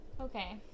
Okay